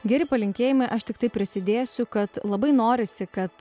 geri palinkėjimai aš tiktai prisidėsiu kad labai norisi kad